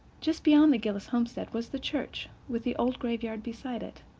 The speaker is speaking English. just beyond the gillis homestead was the church, with the old graveyard beside it.